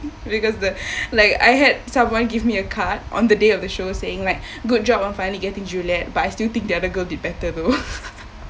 because the like I had someone give me a card on the day of the show saying like good job on finally getting juliet but I still think the other girl did better though